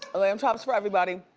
lamb chops for everybody.